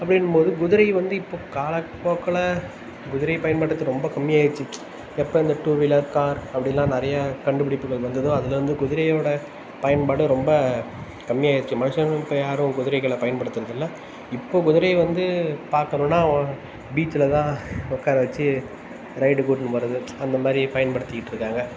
அப்படின்னு போது குதிரை வந்து இப்போ கால போக்கில் குதிரையை பயன்படுத்து ரொம்ப கம்மியாயிருச்சு எப்போ இந்த டூவீலர் கார் அப்படின்லாம் நிறையா கண்டுபிடிப்புகள் வந்ததோ அதுலருந்து குதிரையோட பயன்பாடு ரொம்ப கம்மியாயிருச்சு மனுஷங்க இப்போ யாரும் குதிரைகளை பயன்படுத்துறது இல்லை இப்போ குதிரையை வந்து பார்க்கணுன்னா ஓ பீச்சில் தான் உட்கார வச்சு ரைடு கூட்டுன்னு போகறது அந்த மாதிரி பயன்படுத்திட்டு இருக்காங்க